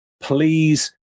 please